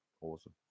Awesome